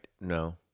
no